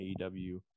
AEW